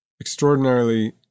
extraordinarily